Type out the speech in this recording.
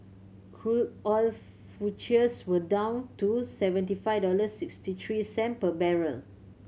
crude oil were down to seventy five dollars sixty three cent per barrel